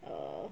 err